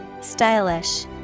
Stylish